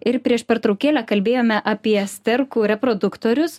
ir prieš pertraukėlę kalbėjome apie sterkų reproduktorius